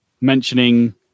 mentioning